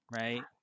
Right